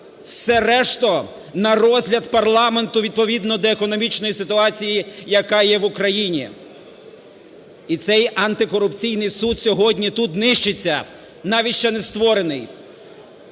все решта на розгляд парламенту відповідно до економічної ситуації, яка є в Україні. І цей антикорупційний суд сьогодні тут нищиться, навіть ще не створений,